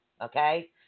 okay